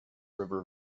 river